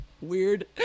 Weird